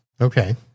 Okay